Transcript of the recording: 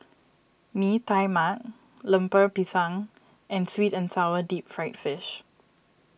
Mee Tai Mak Lemper Pisang and Sweet and Sour Deep Fried Fish